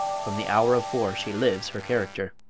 from the hour of four she lives her character.